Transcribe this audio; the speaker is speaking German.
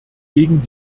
gegen